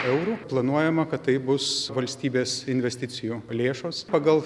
eurų planuojama kad tai bus valstybės investicijų lėšos pagal